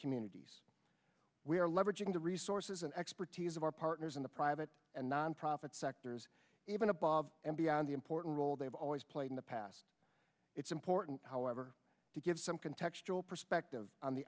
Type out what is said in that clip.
communities we are leveraging the resources and expertise of our partners in the private and nonprofit sectors even above and beyond the important role they've always played in the past it's important however to give some context to a perspective on the